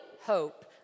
hope